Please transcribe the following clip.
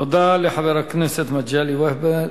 תודה לחבר הכנסת מגלי והבה.